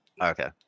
Okay